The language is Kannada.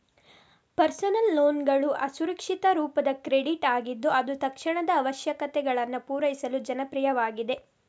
ಪರ್ಸನಲ್ ಲೋನ್ಗಳು ಅಸುರಕ್ಷಿತ ರೂಪದ ಕ್ರೆಡಿಟ್ ಆಗಿದ್ದು ಅದು ತಕ್ಷಣದ ಅವಶ್ಯಕತೆಗಳನ್ನು ಪೂರೈಸಲು ಜನಪ್ರಿಯವಾಗಿದೆ